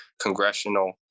congressional